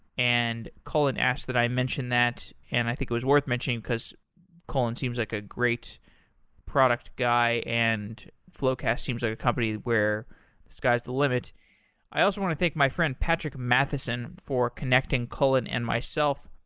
and cullen asked that i mention that, and i think it was worth mentioning, because cullen seems like a great product guy and floqast seems like a company where sky is the limit i also want to thank my friend patrick matheson for connecting cullen and myself.